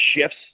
shifts